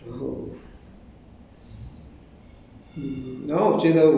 why do I decide ah 因为我觉得他说的东西都是对 ah 然后